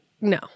no